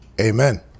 Amen